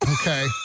Okay